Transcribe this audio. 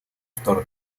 старых